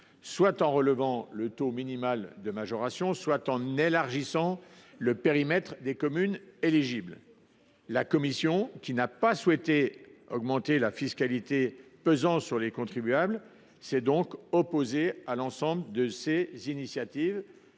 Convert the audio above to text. soit en relevant le taux maximal de cette majoration, soit en élargissant le périmètre des communes éligibles. La commission, qui n’a pas souhaité augmenter la fiscalité pesant sur les contribuables, s’est opposée à l’ensemble de ces initiatives.